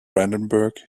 brandenburg